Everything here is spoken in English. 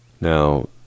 Now